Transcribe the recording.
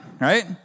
right